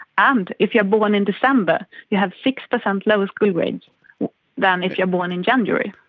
and if you are born in december you have six percent lower school grades than if you are born in january.